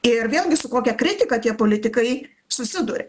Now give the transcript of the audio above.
ir vėlgi su kokia kritika tie politikai susiduria